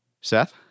Seth